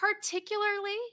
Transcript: Particularly